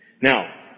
Now